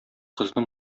кызны